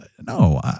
No